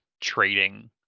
trading